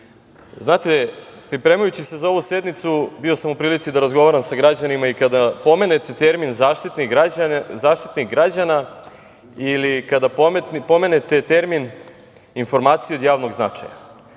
pripremajući se za ovu sednicu bio sam u prilici da razgovaram sa građanima i kada pomenete termin Zaštitnik građana ili kada pomenete termin informacija od javnog značaja,